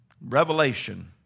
Revelation